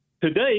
Today